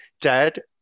Dad